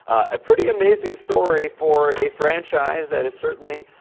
a pretty amazing story for a franchise that is certainly